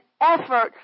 effort